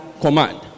command